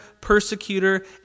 persecutor